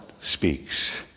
speaks